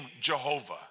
Jehovah